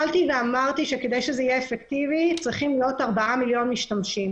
כדי שזה יהיה אפקטיבי צריכים להיות ארבעה מיליון משתמשים.